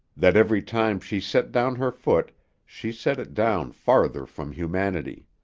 that every time she set down her foot she set it down farther from humanity.